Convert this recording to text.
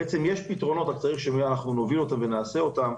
יש פתרונות, רק צריך שנוביל ונעשה אותם.